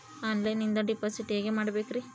ಆನ್ಲೈನಿಂದ ಡಿಪಾಸಿಟ್ ಹೇಗೆ ಮಾಡಬೇಕ್ರಿ?